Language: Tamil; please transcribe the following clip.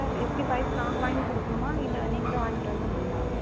சார் எப்படி பைப் நாங்கள் வாங்கி கொடுக்குணுமா இல்லை நீங்ளே வாங்கிகிட்டு வந்துருவிங்களா